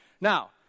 Now